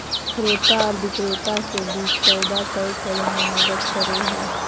क्रेता आर विक्रेता के बीच सौदा तय करे में मदद करो हइ